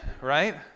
right